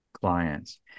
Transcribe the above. clients